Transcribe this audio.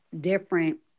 different